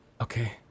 okay